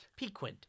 Pequint